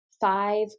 five